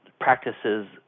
practices